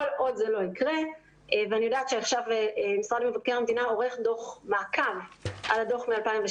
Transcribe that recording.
אני יודעת שעכשיו משרד מבקר המדינה עורך דוח מעקב על הדוח מ-2016,